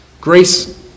grace